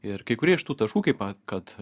ir kai kurie iš tų taškų kaip kad